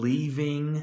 Leaving